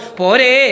pore